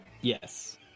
Yes